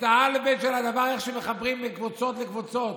את האלף-בית של איך מחברים קבוצות לקבוצות,